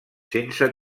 sense